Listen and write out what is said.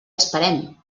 esperem